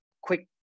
quick